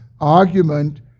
argument